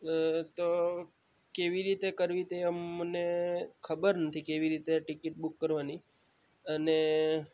તો કેવી રીતે કરવી તે અમને ખબર નથી કેવી રીતે ટિકિટ બૂક કરવાની અને